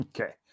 Okay